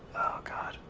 oh god